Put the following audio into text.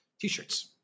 T-shirts